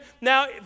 Now